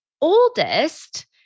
oldest